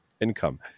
income